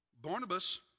Barnabas